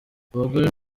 abagore